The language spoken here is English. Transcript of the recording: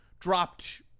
Dropped